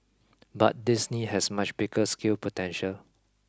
but Disney has much bigger scale potential